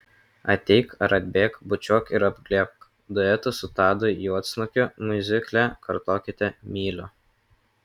ateik ar atbėk bučiuok ir apglėbk duetu su tadu juodsnukiu miuzikle kartokite myliu